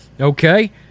Okay